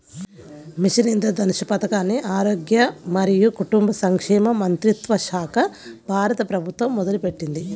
machine Indradhanush పథకాన్ని ఆరోగ్య మరియు కుటుంబ సంక్షేమ మంత్రిత్వశాఖ, భారత ప్రభుత్వం మొదలుపెట్టింది